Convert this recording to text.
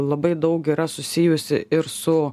labai daug yra susijusi ir su